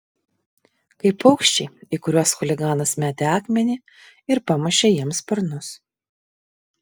kaip paukščiai į kuriuos chuliganas metė akmenį ir pamušė jiems sparnus